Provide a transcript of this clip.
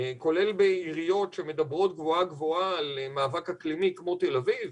כולל בעיריות שמדברות גבוהה גבוהה על מאבק אקלימי כמו תל אביב.